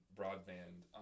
broadband